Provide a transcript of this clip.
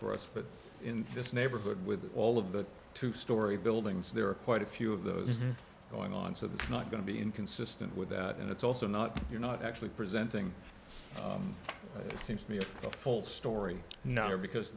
for us but in this neighborhood with all of the two story buildings there are quite a few of those going on so that's not going to be inconsistent with that and it's also not you're not actually presenting it seems to be a full story you know because